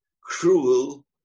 cruel